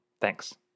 Thanks